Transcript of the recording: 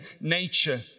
nature